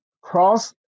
cross